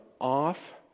off